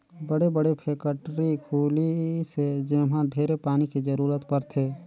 बड़े बड़े फेकटरी खुली से जेम्हा ढेरे पानी के जरूरत परथे